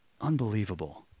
unbelievable